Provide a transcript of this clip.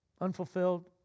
unfulfilled